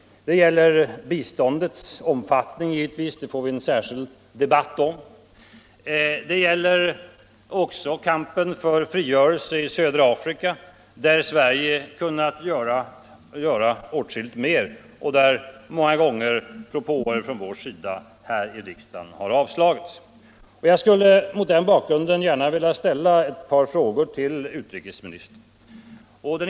Det gäller biståndets omfattning, naturligtvis. Det får vi en särskild debatt om: Det gäller också kampen för frigörelsen i södra Afrika, där Sverige kunnat göra åtskilligt mer och där många gånger propåer från vår sida här i riksdagen har avslagits. Jag skulle mot den bakgrunden gärna vilja ställa ett par frågor till utrikesministern.